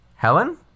Helen